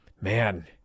man